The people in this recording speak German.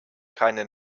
keine